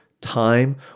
time